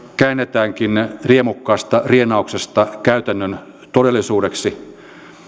käännetäänkin riemukkaasta rienauksesta käytännön todellisuudeksi